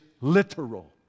literal